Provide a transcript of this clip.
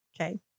okay